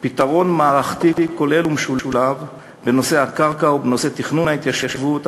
"מתחייב פתרון מערכתי כולל ומשולב בנושא הקרקע ובנושא תכנון ההתיישבות,